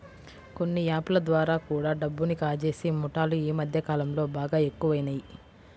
కొన్ని యాప్ ల ద్వారా కూడా డబ్బుని కాజేసే ముఠాలు యీ మద్దె కాలంలో బాగా ఎక్కువయినియ్